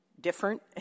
different